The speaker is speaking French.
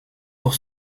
pour